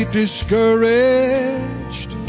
discouraged